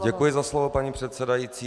Děkuji za slovo, paní předsedající.